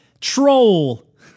Troll